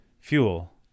fuel